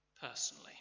personally